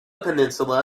peninsula